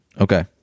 okay